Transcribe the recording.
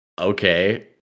okay